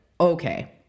okay